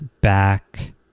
back